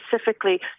specifically